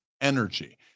energy